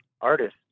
artist